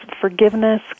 forgiveness